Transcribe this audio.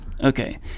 okay